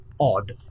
odd